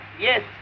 Yes